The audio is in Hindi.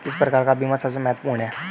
किस प्रकार का बीमा सबसे महत्वपूर्ण है?